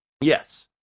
Yes